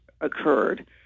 occurred